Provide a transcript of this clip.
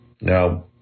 Now